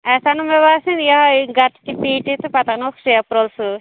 أسۍ اَنُو مےٚ باسان یہے گَتٕچ پیٹی تہٕ پَتہٕ اَنو ٹیپ رول سۭتۍ